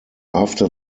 after